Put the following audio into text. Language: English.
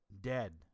dead